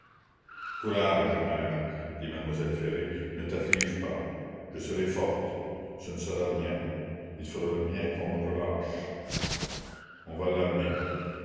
courage mère dit mademoiselle ferré ne t'afflige pas je serai forte ce ne sera rien il faudra bien qu'on me relâche on va l'emmener